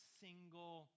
single